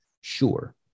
sure